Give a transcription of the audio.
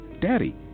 Daddy